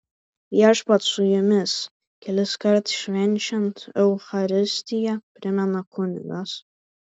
viešpats su jumis keliskart švenčiant eucharistiją primena kunigas